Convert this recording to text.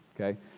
Okay